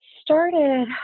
started